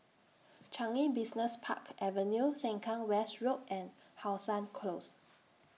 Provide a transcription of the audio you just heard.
Changi Business Park Avenue Sengkang West Road and How Sun Close